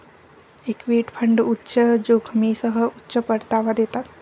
equity fund उच्च जोखमीसह उच्च परतावा देतात